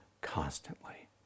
constantly